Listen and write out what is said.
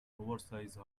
oversize